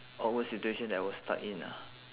awkward situation that I was stuck in ah